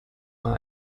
mal